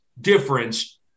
difference